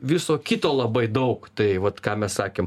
viso kito labai daug tai vat ką mes sakėm